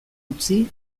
utzi